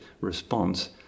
response